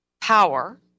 power